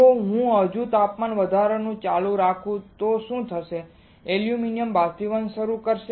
જો હું હજુ પણ તાપમાન વધારવાનું ચાલુ રાખું તો શું થશે એલ્યુમિનિયમ બાષ્પીભવન શરૂ કરશે